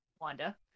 Wanda